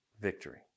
victory